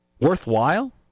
worthwhile